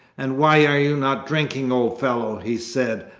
and why are you not drinking, old fellow he said,